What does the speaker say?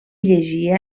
llegia